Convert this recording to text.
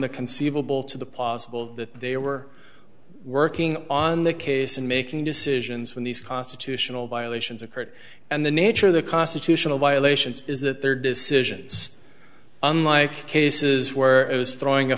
the conceivable to the possible that they were working on the case and making decisions when these constitutional violations occurred and the nature of the constitutional violations is that their decisions unlike cases where as throwing a